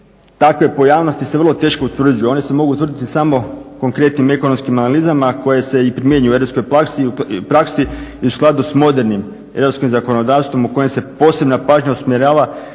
Takve pojavnosti se vrlo teško utvrđuju. One se mogu utvrditi samo konkretnim ekonomskim analizama koje se i primjenjuju u europskoj praksi i u skladu sa modernim europskim zakonodavstvom u kojem se posebna pažnja usmjerava